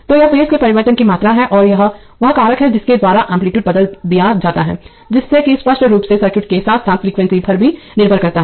तो यह फेज के परिवर्तन की मात्रा है और यह वह कारक है जिसके द्वारा एम्पलीटूडे बदल दिया जाता है जिससे कि स्पष्ट रूप से सर्किट के साथ साथ फ्रीक्वेंसी पर भी निर्भर करता है